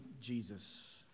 Jesus